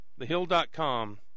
Thehill.com